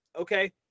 Okay